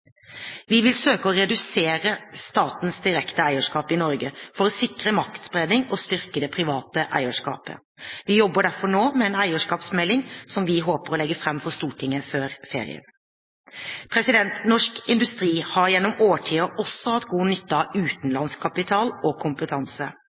Vi vil søke å redusere statens direkte eierskap i Norge for å sikre maktspredning og styrke det private eierskapet. Vi jobber derfor nå med en eierskapsmelding, som vi håper å legge fram for Stortinget før ferien. Norsk industri har gjennom årtier også hatt god nytte av